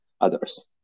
others